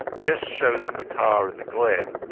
just show them the car in the glen.